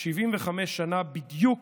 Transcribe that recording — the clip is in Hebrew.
75 שנה בדיוק